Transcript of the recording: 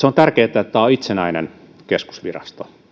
on tärkeätä että tämä on itsenäinen keskusvirasto